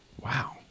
Wow